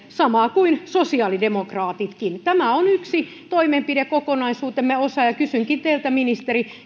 samaa kuin sosiaalidemokraatitkin tämä on yksi toimenpidekokonaisuutemme osa kysynkin teiltä ministeri